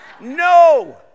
no